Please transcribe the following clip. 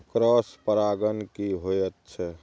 Cross परागण की होयत छै?